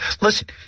listen